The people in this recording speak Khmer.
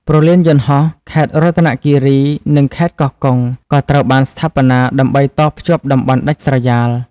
ព្រលានយន្តហោះខេត្តរតនគិរី និងខេត្តកោះកុង ក៏ត្រូវបានស្ថាបនាដើម្បីតភ្ជាប់តំបន់ដាច់ស្រយាល។